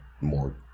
more